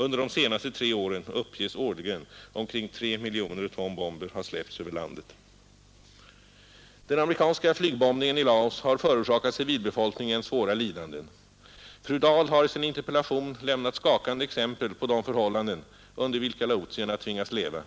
Under de senaste tre åren uppges årligen omkring 3 miljoner ton bomber ha släppts över landet. Den amerikanska flygbombningen i Laos har förorsakat civilbefolkningen svåra lidanden. Fru Dahl har i sin interpellation lämnat skakande exempel på de förhållanden under vilka laotierna tvingas leva.